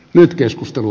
nyt keskustelu